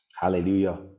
Hallelujah